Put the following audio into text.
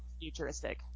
futuristic